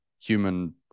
human